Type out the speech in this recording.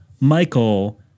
Michael